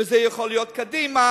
וזה יכול להיות קדימה,